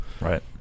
Right